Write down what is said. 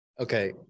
Okay